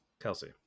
Kelsey